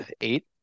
eight